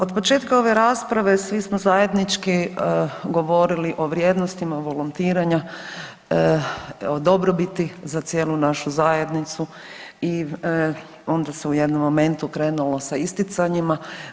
Otpočetka ove rasprave svi smo zajednički govorili o vrijednostima volontiranja, o dobrobiti za cijelu našu zajednicu i onda se u jednom momentu krenulo sa isticanjima.